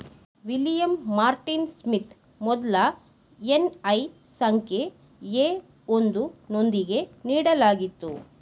William Martin Smith ಮೊದ್ಲ N I ಸಂಖ್ಯೆ A ಒಂದು ನೊಂದಿಗೆ ನೀಡಲಾಗಿತ್ತು